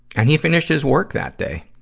and he finished his work that day.